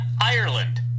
Ireland